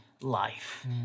life